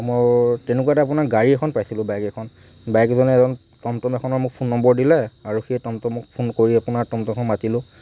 মোৰ তেনেকুৱাতে আপোনাৰ গাড়ী এখন পাইছিলো বাইক এখন বাইকজনে আৰু টমটম এখনৰ মোক ফোন নম্বৰ দিলে আৰু সেই টমটমক ফোন কৰি আপোনাৰ টমটমখন মাতিলোঁ